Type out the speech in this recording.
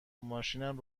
ماشینم